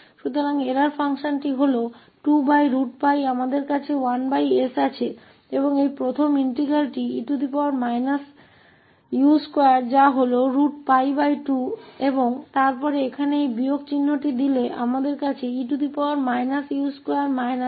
तो त्रुटि फ़ंक्शन 2𝜋 है हमारे पास 1s है और यह पहला इंटीग्रल है जो e u2 है 𝜋2 है और फिर इस माइनस साइन के साथ हमारे पास u वर्ग पर e u2 sk2u2 है और फिर हमारे पास 𝑑𝑢 है